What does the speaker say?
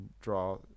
draw